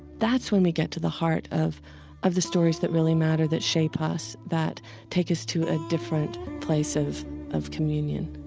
that's when we get to the heart of of the stories that really matter that shape us, that take us to a different place of of communion